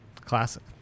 classic